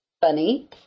Funny